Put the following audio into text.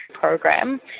program